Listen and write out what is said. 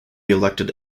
elected